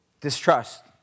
Distrust